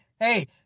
hey